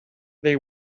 they